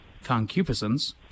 Concupiscence